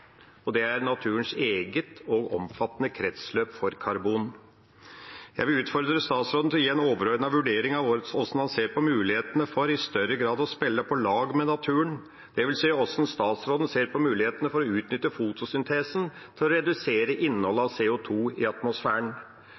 og det er naturens eget og omfattende kretsløp for karbon. Jeg vil utfordre statsråden til å gi en overordnet vurdering av hvordan han ser på mulighetene for i større grad å spille på lag med naturen. Jeg vil høre hvordan statsråden ser på mulighetene for å utnytte fotosyntesen til å redusere innholdet av CO 2 i atmosfæren.